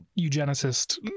eugenicist